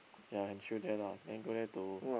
ya and chill there lah then go there to